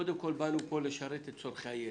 אנחנו קודם כל באנו לשרת פה את צרכי הילד.